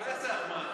בטח.